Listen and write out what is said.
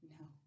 No